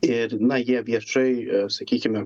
ir na jie viešai sakykime